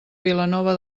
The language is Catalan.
vilanova